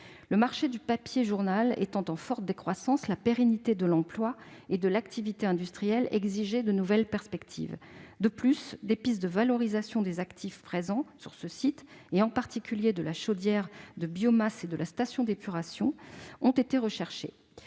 Le marché du papier journal étant en forte décroissance, la pérennité de l'emploi et de l'activité industrielle exigeait de nouvelles perspectives. De plus, des pistes de valorisation des actifs présents sur le site, en particulier de la chaudière de biomasse et de la station d'épuration, ont été recherchées.